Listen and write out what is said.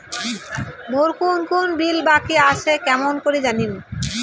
মোর কুন কুন বিল বাকি আসে কেমন করি জানিম?